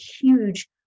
huge